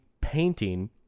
painting